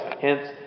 hence